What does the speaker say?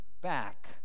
back